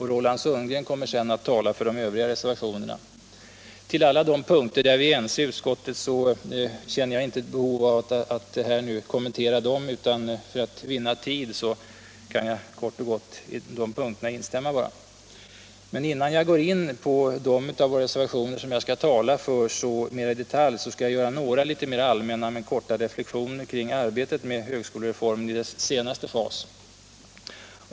Roland Sundgren kommer senare att tala för de övriga reservationerna. Jag känner inte behov av att kommentera alla de punkter där vi är ense i utskottet, utan för att vinna tid kan jag kort och gott instämma med utskottsmajoriteten på de punkterna. Innan jag går in på de reservationer som jag skall tala för mera i detalj, skall jag göra några litet mer allmänna men korta reflexioner kring arbetet med högskolereformen i dess senaste fas.